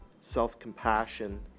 self-compassion